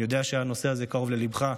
אני יודע שהנושא הזה קרוב לליבך,